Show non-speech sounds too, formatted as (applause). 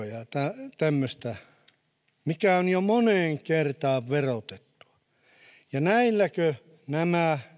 (unintelligible) ja lahjaveroja tämmöiselle mikä on jo moneen kertaan verotettua ja näilläkö nämä